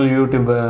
YouTube